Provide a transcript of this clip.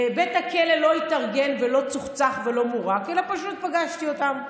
בית הכלא לא התארגן ולא צוחצח ולא מורק אלא פשוט פגשתי אותם.